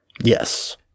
Yes